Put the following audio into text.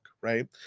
right